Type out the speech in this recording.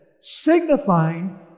signifying